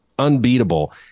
unbeatable